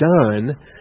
done